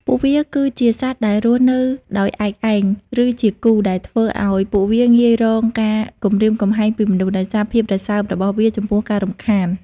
ពួកវាគឺជាសត្វដែលរស់នៅដោយ ឯកឯង ឬជា គូ ដែលធ្វើឲ្យពួកវាងាយរងការគំរាមកំហែងពីមនុស្ស ដោយសារភាពរសើបរបស់វាចំពោះការរំខាន។